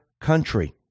country